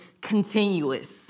continuous